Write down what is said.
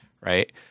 right